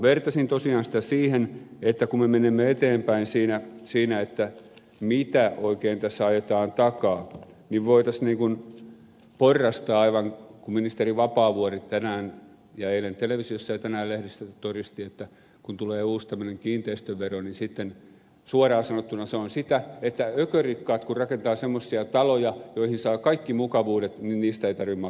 vertasin tosiaan sitä siihen että kun me menemme eteenpäin siinä mitä oikein tässä ajetaan takaa niin voitaisiin niin kuin porrastaa aivan kuten ministeri vapaavuori tänään ja eilen televisiossa ja tänään lehdistössä todisti että kun tulee uusi tämmöinen kiinteistövero niin sitten suoraan sanottuna se on sitä että ökyrikkaat kun rakentavat semmoisia taloja joihin saa kaikki mukavuudet niin niistä ei tarvitse maksaa veroja